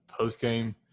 postgame